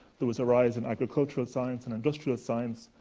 there was a rise in agricultural science and industrial science,